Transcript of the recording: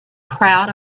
crowd